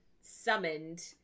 summoned